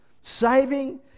Saving